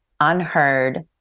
unheard